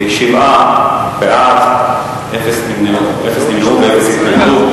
שבעה בעד, אפס נמנעו ואפס התנגדו.